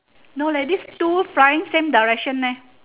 no leh these two flying same direction eh